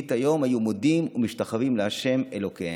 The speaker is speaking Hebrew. ורביעית היום היו מודים ומשתחווים לה' אלוקיהם.